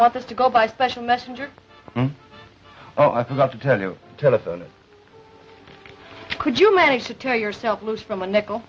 that to go by special messenger oh i forgot to tell you telephone could you manage to tear yourself loose from a nickel